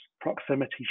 proximity